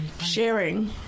sharing